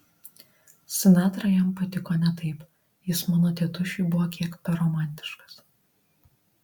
sinatra jam patiko ne taip jis mano tėtušiui buvo kiek per romantiškas